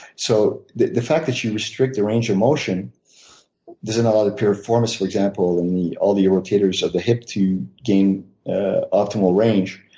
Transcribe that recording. so the the fact that you restrict the range of motion doesn't allow the performance, for example, and in all the rotators of the hip to gain optimal range.